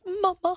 mama